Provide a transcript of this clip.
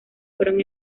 fueron